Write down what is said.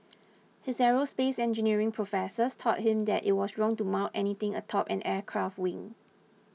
his aerospace engineering professors taught him that it was wrong to mount anything atop an aircraft wing